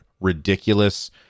ridiculous